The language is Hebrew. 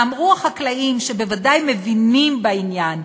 אמרו החקלאים, שבוודאי מבינים בעניין: